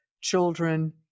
children